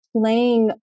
playing